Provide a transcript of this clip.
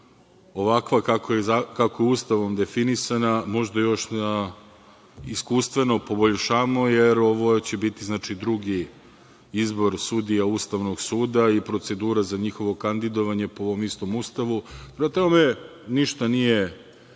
ovakva kako je Ustavom definisana, možda još iskustveno poboljšamo, jer ovo će biti drugi izbor sudija Ustavnog suda i procedura za njihovo kandidovanje po ovom istom Ustavu. Prema tome, ništa nije